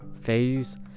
phase